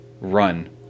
run